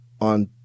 on